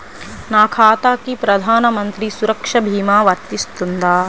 నా ఖాతాకి ప్రధాన మంత్రి సురక్ష భీమా వర్తిస్తుందా?